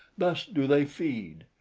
thus do they feed.